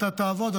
אתה תעבוד,